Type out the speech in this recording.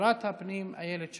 שבעה חברי כנסת בעד, אין מתנגדים